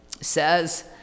says